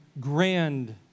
grand